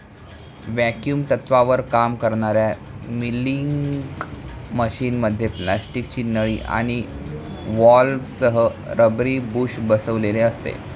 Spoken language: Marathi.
व्हॅक्युम तत्त्वावर काम करणाऱ्या मिल्किंग मशिनमध्ये प्लास्टिकची नळी आणि व्हॉल्व्हसह रबरी बुश बसविलेले असते